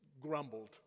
grumbled